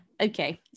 Okay